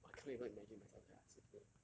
!wah! I cannot even imagine myself sia seriously